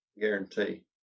guarantee